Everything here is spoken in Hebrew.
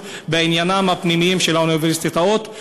בענייניהן הפנימיים של האוניברסיטאות,